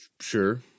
Sure